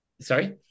sorry